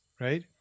right